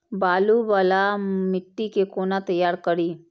बालू वाला मिट्टी के कोना तैयार करी?